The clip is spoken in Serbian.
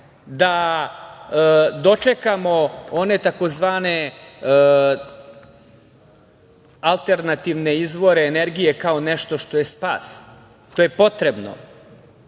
da dočekamo one tzv. alternativne izvore energije kao nešto što je spas. To je potrebno